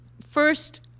first